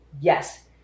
yes